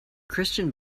christian